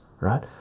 right